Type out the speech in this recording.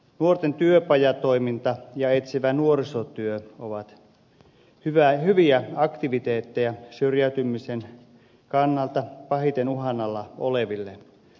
nuorten työpajatoiminta ja etsivä nuorisotyö ovat hyviä aktiviteetteja pahiten syrjäytymisen uhan alla oleville